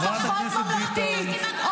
--- חברת הכנסת ביטון, את בקריאה ראשונה.